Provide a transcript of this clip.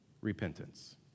repentance